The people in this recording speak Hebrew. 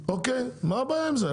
מה הבעיה עם זה?